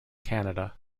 canada